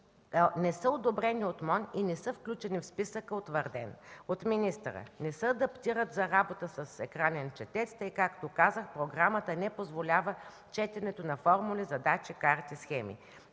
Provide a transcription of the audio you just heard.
не са одобрени от МОН и не са включени в списъка, утвърден от министъра. Не се адаптират за работа с „Екранен четец”, тъй както, както казах, програмата не позволява четенето на формули, задачи, карти, схеми.